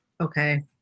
Okay